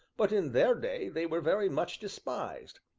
but in their day they were very much despised,